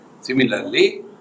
Similarly